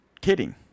kidding